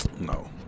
No